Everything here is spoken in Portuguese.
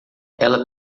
ela